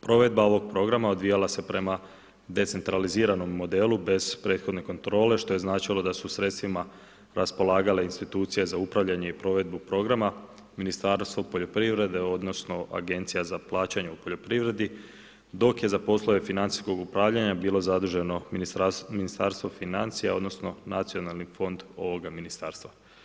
Provedba ovog programa, odvijala se prema decentraliziranom modelu, bez prethodne kontrole, što znači da su sredstvima raspolagale institucije za upravljanje i provedbu programa, Ministarstvo poljoprivrede, odnosno, agencija za plaćanje u poljoprivredi, dok je za poslove financijskog upravljanja, bilo zaduženo Ministarstvo financija, odnosno, nacionalni fond ovoga ministarstva.